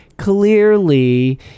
Clearly